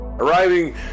Arriving